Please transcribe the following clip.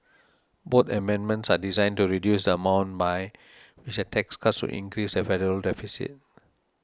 both amendments are designed to reduce the amount by which the tax cuts would increase the federal deficit